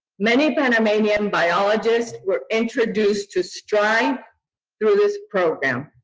many panamaian biologists were introduced to stri through this program.